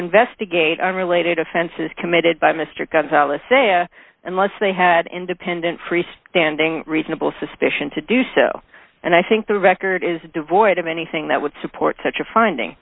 investigate all related offenses committed by mr gonzales say a unless they had independent freestanding reasonable suspicion to do so and i think the record is devoid of anything that would support such a finding